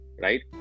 right